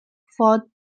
for